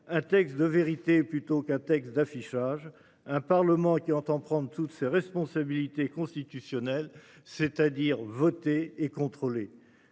un texte de vérité plutôt qu'un texte d'affichage. Un Parlement qui entend prendre toutes ses responsabilités constitutionnelles c'est-à-dire voter et contrôlé,